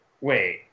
wait